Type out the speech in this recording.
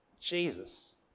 Jesus